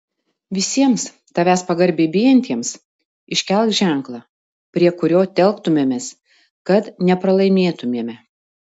visiems tavęs pagarbiai bijantiems iškelk ženklą prie kurio telktumėmės kad nepralaimėtumėme